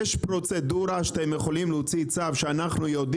יש פרוצדורה בה אתם יכולים להוציא צו לחגים?